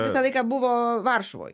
visą laiką buvo varšuvoj